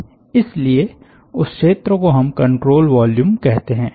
इसलिए उस क्षेत्र को हम कंट्रोल वॉल्यूम कहते हैं